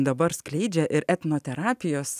dabar skleidžia ir etnoterapijos